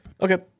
Okay